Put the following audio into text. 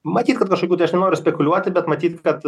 matyt kad kažkokių tai aš nenoriu spekuliuoti bet matyt kad